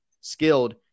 skilled